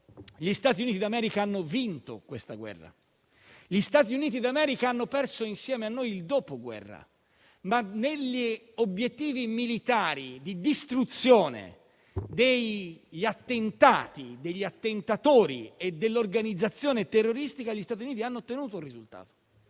gli Stati Uniti d'America hanno perso questa guerra, bensì l'hanno vinta. Gli Stati Uniti d'America hanno perso insieme a noi il dopoguerra, ma negli obiettivi militari di distruzione degli attentatori e dell'organizzazione terroristica gli Stati Uniti hanno ottenuto un risultato.